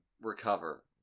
recover